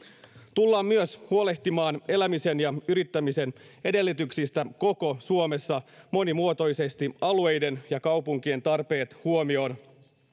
tullaan myös huolehtimaan elämisen ja yrittämisen edellytyksistä koko suomessa monimuotoisesti alueiden ja kaupunkien tarpeet huomioon